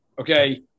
Okay